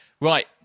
Right